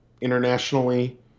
internationally